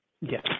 yes